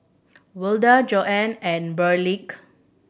Wilda Joan and Burleigh